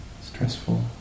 stressful